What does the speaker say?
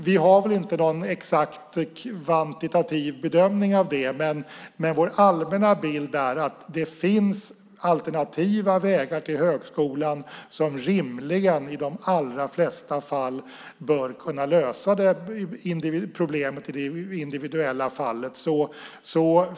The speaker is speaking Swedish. Vi har inte någon exakt kvantitativ bedömning av det, men vår allmänna bild är att det finns alternativa vägar till högskolan som rimligen i de allra flesta fall bör kunna lösa problemet i det individuella fallet.